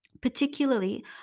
particularly